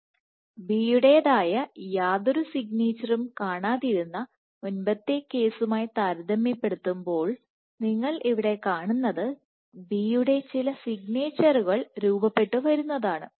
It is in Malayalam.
B യുടെതായ യാതൊരു സിഗ്നേച്ചറും കാണാതിരുന്ന മുൻപത്തെ കേസുമായി താരതമ്യപ്പെടുത്തുമ്പോൾ നിങ്ങൾ ഇവിടെ കാണുന്നത് B യുടെ ചില സിഗ്നേച്ചറുകൾ രൂപപ്പെട്ടു വരുന്നതാണ്